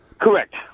Correct